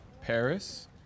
Paris